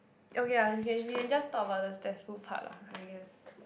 okay ah okay we can just talk about the stressful part lah I guess